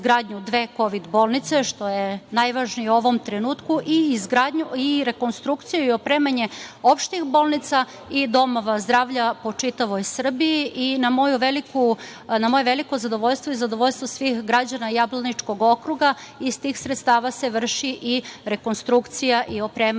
za izgradnju dve kovid bolnice, što je najvažnije u ovom trenutku i rekonstrukciju i opremanje opštih bolnica i domova zdravlja po čitavoj Srbiji. Na moje veliko zadovoljstvo i zadovoljstvo svih građana Jablaničkog okruga iz tih sredstava se vrši i rekonstrukcija i opremanje